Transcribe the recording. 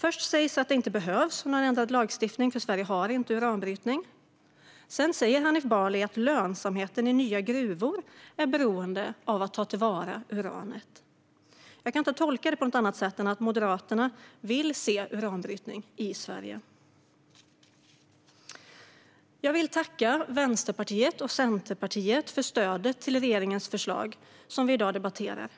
Först sägs det att det inte behövs någon ändrad lagstiftning eftersom Sverige inte har uranbrytning. Sedan säger Hanif Bali att lönsamheten i nya gruvor är beroende av att ta till vara uranet. Jag kan inte tolka det på något annat sätt än att Moderaterna vill se uranbrytning i Sverige. Jag vill tacka Vänsterpartiet och Centerpartiet för stödet till regeringens förslag som vi i dag debatterar.